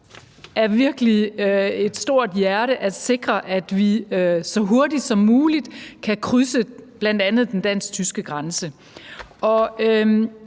et virkelig stort hjerte at sikre, at vi så hurtigt som muligt kan krydse bl.a. den dansk-tyske grænse. Jeg